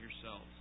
yourselves